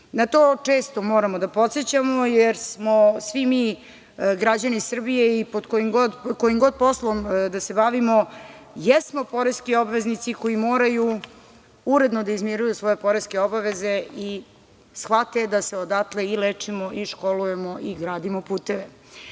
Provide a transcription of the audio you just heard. to često moramo da podsećamo, jer smo svi mi građani Srbije i kojim god poslom da se bavimo jesmo poreski obveznici koji moraju uredno da izmiruju svoje poreske obaveze i shvate da se odatle i lečimo, i školujemo i gradimo puteve. Javnost